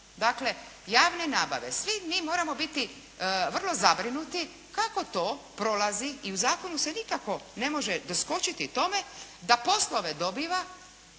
Dakle javne nabave, svi mi moramo biti vrlo zabrinuti kako to prolazi i u zakonu se nikako ne može doskočiti tome da poslove dobiva